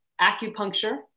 acupuncture